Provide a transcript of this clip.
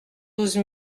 douze